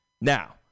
Now